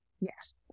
Yes